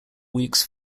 weeks